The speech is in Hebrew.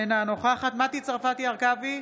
אינה נוכחת מטי צרפתי הרכבי,